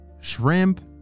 shrimp